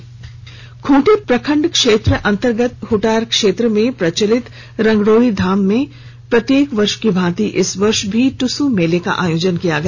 डुसू खूंटी प्रखंड क्षेत्र अंतर्गत हुटार क्षेत्र में प्रचलित रंगरोड़ी धाम में प्रत्येक वर्ष की भांति इस वर्ष भी दुसू मेले का आयोजन किया गया